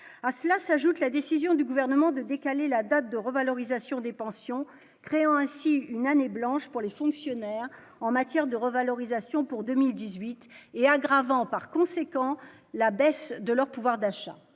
à cela s'ajoute la décision du gouvernement de décaler la date de revalorisation des pensions, créant ainsi une année blanche pour les fonctionnaires en matière de revalorisation pour 2018 et aggravant, par conséquent, la baisse de leur pouvoir d'achat,